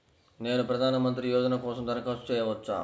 నేను ప్రధాన మంత్రి యోజన కోసం దరఖాస్తు చేయవచ్చా?